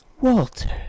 Walter